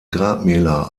grabmäler